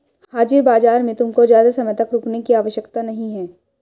हाजिर बाजार में तुमको ज़्यादा समय तक रुकने की आवश्यकता नहीं है